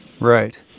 Right